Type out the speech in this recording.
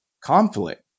conflict